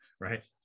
right